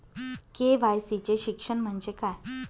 KYC चे शिक्षण म्हणजे काय?